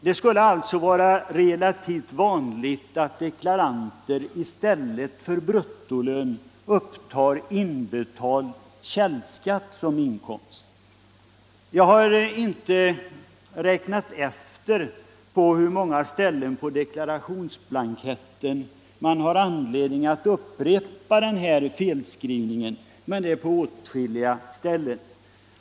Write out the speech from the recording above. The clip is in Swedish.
Det skulle alltså vara relativt vanligt att deklaranter i stället för bruttolönen upptar inbetald källskatt som inkomst. Jag har inte räknat efter hur många gånger på deklarationsblanketten som man har anledning att upprepa en sådan felskrivning, men det är på åtskilliga ställen.